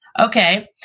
Okay